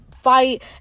fight